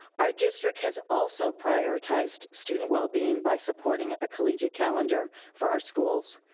our district has also prioritized student well-being by supporting a collegiate calendar for our schools.